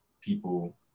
people